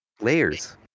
Layers